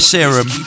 Serum